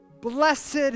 Blessed